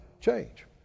change